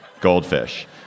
goldfish